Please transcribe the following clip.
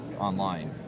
online